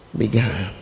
began